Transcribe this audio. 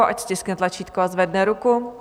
Ať stiskne tlačítko a zvedne ruku.